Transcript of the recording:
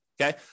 Okay